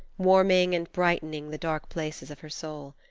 warming and brightening the dark places of her soul.